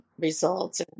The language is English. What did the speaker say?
results